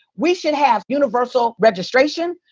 we should have universal registration.